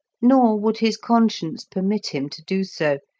nor would his conscience permit him to do so,